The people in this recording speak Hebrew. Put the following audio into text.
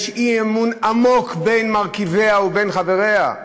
יש אי-אמון עמוק בין מרכיביה ובין חבריה.